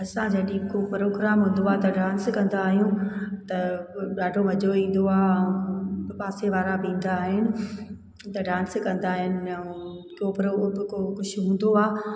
असां जॾहिं को प्रोग्राम हूंदो आहे त डांस कंदा आहियूं त ॾाढो मजो ईंदो आहे पासे वारा बि ईंदा आहिनि त डांस कंदा आहिनि ऐं कुझु हूंदो आहे